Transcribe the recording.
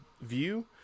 view